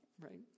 right